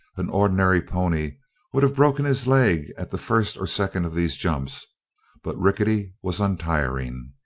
an ordinary pony would have broken his leg at the first or second of these jumps but rickety was untiring.